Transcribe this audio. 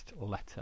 letter